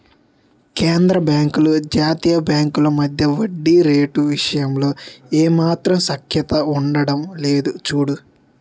కేంద్రబాంకులు జాతీయ బాంకుల మధ్య వడ్డీ రేటు విషయంలో ఏమాత్రం సఖ్యత ఉండడం లేదు చూడు